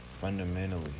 fundamentally